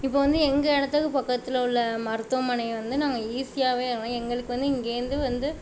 இப்போது வந்து எங்கள் இடத்துக்கு பக்கத்தில் உள்ள மருத்துவமனை வந்து நாங்கள் ஈஸியாகவே எங்களுக்கு வந்து இங்கேயிருந்து வந்து